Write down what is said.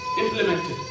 implemented